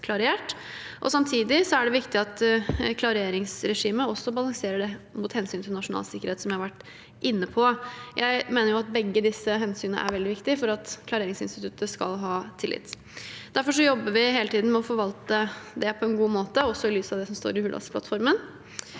Samtidig er det viktig at klareringsregimet også balanseres mot hensynet til nasjonal sikkerhet, som jeg har vært inne på. Jeg mener at begge disse hensynene er veldig viktige for at klareringsinstituttet skal ha tillit. Derfor jobber vi hele tiden med å forvalte det på en god måte, også i lys av det som står i Hurdalsplattformen.